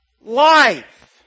life